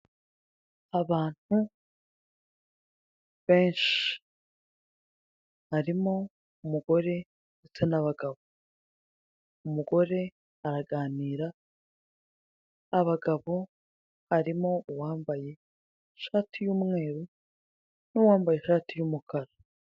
Abantu benshi barimo umugore ndetse n'abagabo umugore araganira, abagabo harimo uwambaye ishati y'umweru n'uwambaye ishati y'umukara.